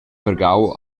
vargau